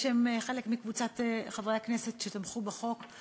שהן חלק מקבוצת חברי הכנסת שתמכו בחוק,